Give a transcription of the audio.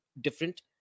different